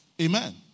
Amen